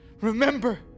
Remember